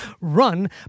run